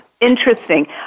interesting